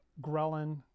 ghrelin